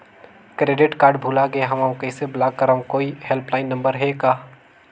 Credit card भुला गे हववं कइसे ब्लाक करव? कोई हेल्पलाइन नंबर हे का?